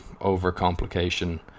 overcomplication